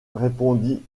répondit